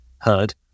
Heard